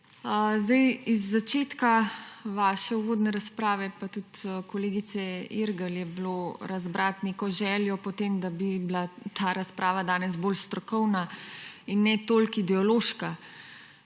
Z začetka vaše uvodne razprave pa tudi kolegice Irgl je bilo razbrati neko željo po tem, da bi bila ta razprava danes bolj strokovna in ne toliko ideološka.